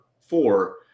four